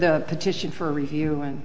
the petition for review and